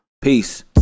Peace